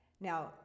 Now